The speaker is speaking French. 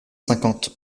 cinquante